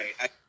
right